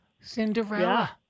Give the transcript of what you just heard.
Cinderella